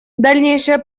дальнейшая